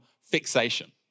Fixation